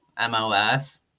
MOS